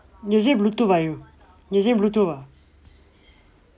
using bluetooth ah you using bluetooth ah